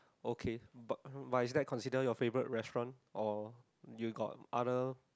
okay but but is that considered your favourite restaurant or you got other